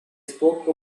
spoke